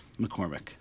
McCormick